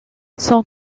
son